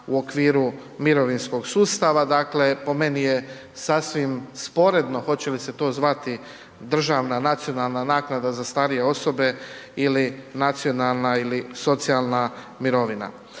u okviru mirovinskog sustava, dakle po meni je sasvim sporedno hoće li se to zvati državna nacionalna naknada za starije osobe ili nacionalna ili socijalna mirovina.